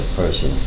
person